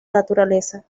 naturaleza